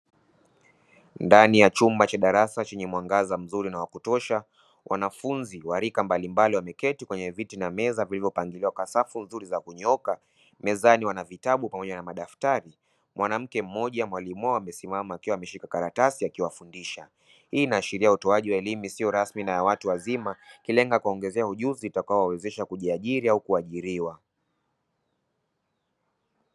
Ndani ya chumba cha darasa chenye mwangaza mzuri na wa kutosha, wanafunzi wa rika mbalimbali wameketi kwenye viti na meza vilivyopangiliwa kwa safu nzuri za kunyooka, mezani wana vitabu pamoja na madaftari. Mwanamke mmoja mwalimu wao amesimama akiwa ameshika karatasi akiwafundisha. Hii inaashiria utoaji wa elimu isiyo rasmi ya watu wazima. Hii inaashiria utoaji wa elimu isiyo rasmi ya watu wazima, ikilenga kuwaongezea ujuzi utakaowawezesha kujiajiri au kuajiriwa.